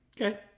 Okay